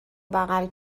بغل